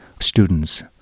students